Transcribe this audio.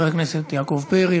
חבר הכנסת יעקב פרי,